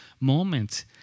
moment